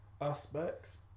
aspects